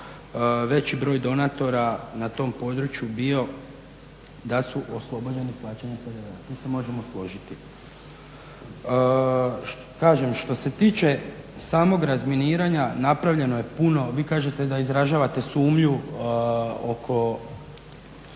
veći broj donatora na tom području bio da su oslobođeni plaćanja PDV-a. Tu se možemo složiti. Kažem, što se tiče samog razminiranja, napravljeno je puno. Vi kažete da izražavate sumnju oko